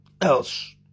else